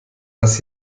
das